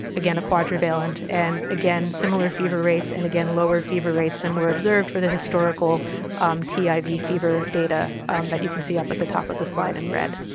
again, a quadrivalent. and, again, similar fever rates and again lower fever rates than were observed for the historical um tiv fever data that you can see up at the top of the slide in red.